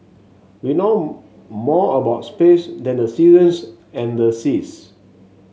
we know more about space than the seasons and the seas